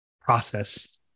process